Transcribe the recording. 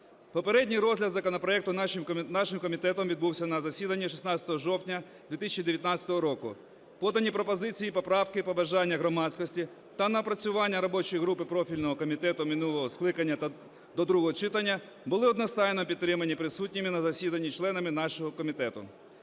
Попередній розгляд законопроекту нашим комітетом відбувся на засіданні 16 жовтня 2019 року. Подані пропозиції і поправки, побажання громадськості та напрацювання робочої групи профільного комітету минулого скликання та до другого читання були одностайно підтримані присутніми на засіданні членами нашого комітету.